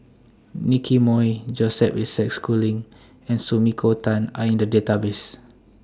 Nicky Moey Joseph Isaac Schooling and Sumiko Tan Are in The Database